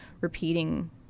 repeating